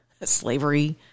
Slavery